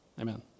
amen